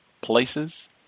places